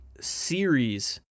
Series